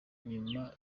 nyuma